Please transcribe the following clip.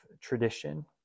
tradition